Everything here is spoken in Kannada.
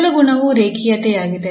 ಮೊದಲ ಗುಣವು ರೇಖೀಯತೆಯಾಗಿದೆ